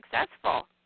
successful